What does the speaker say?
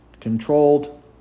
controlled